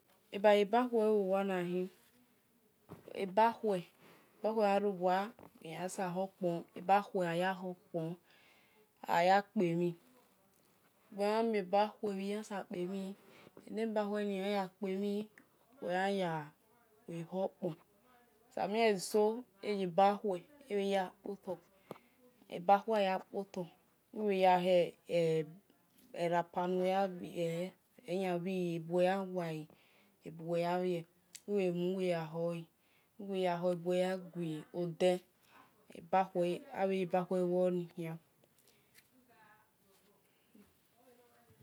Abaye balahuelubho wa ole nolahin obakhue erowa uwiyan sobohokpor, ole aya kpemhin uwemhanmie bakhue uwo yansabo kpemhin eni ebakhue ni ole uwe khianya kpemhin uwe yan-yahokfon, emien egesoeye bakhue kpoto yahe napper nuweyabhie iyanbare ebawe yabhie, uwo bhe mu, uwe bhe hole uwi bhe he ebawe ya ghi ode ebhe yebauhue inonihia